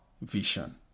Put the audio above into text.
vision